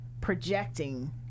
projecting